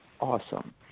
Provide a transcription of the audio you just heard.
awesome